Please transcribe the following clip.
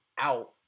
Out